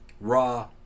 raw